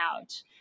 out